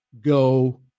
go